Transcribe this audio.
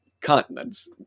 continents